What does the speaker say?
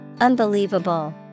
Unbelievable